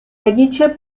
rodiče